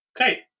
Okay